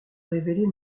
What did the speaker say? révélé